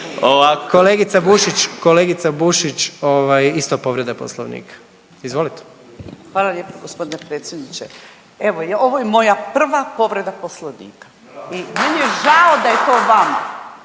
Kolegica Bušić isto povreda Poslovnika. Izvolite. **Bušić, Zdravka (HDZ)** Hvala lijepa gospodine predsjedniče. Evo ovo je moja prva povreda Poslovnika i meni je žao da je to vama,